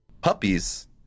Puppies